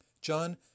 John